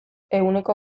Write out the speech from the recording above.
ehuneko